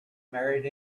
married